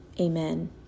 Amen